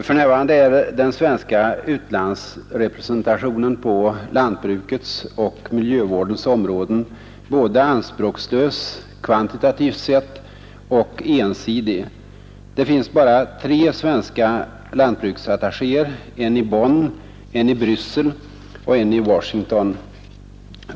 För närvarande är den svenska utlandsrepresentationen på lantbrukets och miljövårdens områden både anspråkslös, kvantitativt sett, och ensidig. Det finns bara tre svenska lantbruksattachéer — en i Bonn, en i Bryssel och en i Washington.